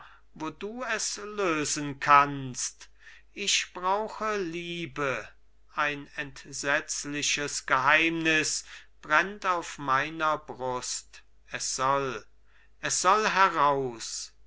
wo du es lösen kannst ich brauche liebe ein entsetzliches geheimnis brennt auf meiner brust es soll es soll heraus